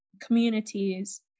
communities